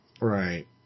Right